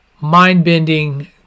mind-bending